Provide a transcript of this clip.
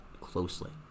closely